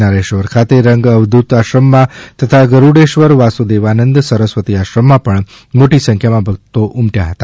નારેશ્વર ખાતે રંગ અવધૂત આશ્રમમાં તથા ગરૂડેશ્વર વાસુદેવાનંદ સરસ્વતી આશ્રમમાં પણ મોટી સંખ્યામાં ભક્તો ઉમટ્યા હતા